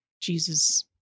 Jesus